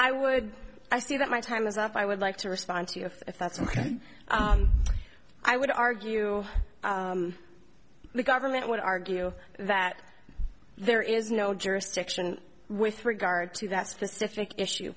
i would assume that my time is up i would like to respond to you if that's ok i would argue the government would argue that there is no jurisdiction with regard to that specific issue